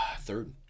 Third